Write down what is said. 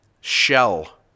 shell